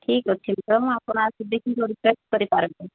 ଠିକ୍ ଅଛି ମ୍ୟାଡ଼ମ୍ ଆପଣ ଆସି ଦେଖି କରି ଟେଷ୍ଟ୍ କରି ପାରନ୍ତି